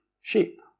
sheep